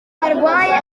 arwaye